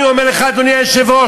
אני אומר לך, אדוני היושב-ראש,